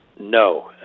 No